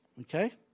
Okay